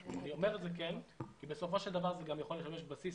אני אומר את ה כי בסופו של דבר זה יכול לשמש בסיס